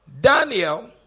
Daniel